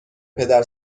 پدر